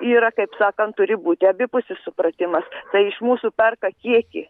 yra kaip sakant turi būti abipusis supratimas tai iš mūsų perka kiekį